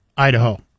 Idaho